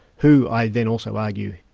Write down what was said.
who i then also argue,